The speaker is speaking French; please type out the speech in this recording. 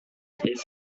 est